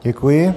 Děkuji.